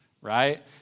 Right